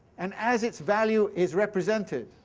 and as its value is represented,